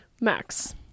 Max